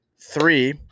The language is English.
three